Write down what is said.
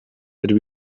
that